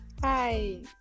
Hi